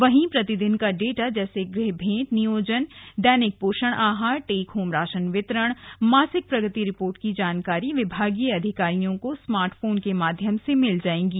वहीं प्रतिदिन का डेटा जैसे गृह भेंट नियोजन दैनिक पोषण आहार टेक होम राशन वितरण मासिक प्रगति रिपोर्ट की जानकारी विभागीय अधिकारियों को स्मार्टफोन के माध्यम से मिल जाएंगी